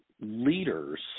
leaders